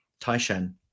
Taishan